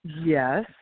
Yes